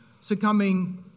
succumbing